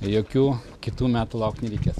jokių kitų metų laukt nereikės